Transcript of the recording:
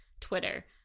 Twitter